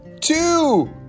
Two